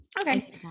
okay